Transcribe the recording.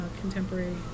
Contemporary